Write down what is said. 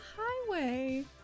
highway